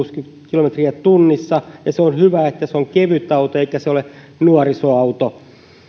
kilometriä tunnissa ja on hyvä että sen nimi on kevytauto eikä se ole nuorisoauto